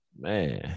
Man